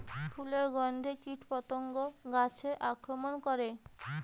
ফুলের গণ্ধে কীটপতঙ্গ গাছে আক্রমণ করে?